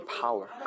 power